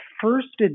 first